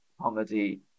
comedy